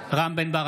רם בן ברק,